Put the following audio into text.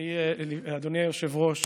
אדוני היושב-ראש,